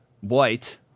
white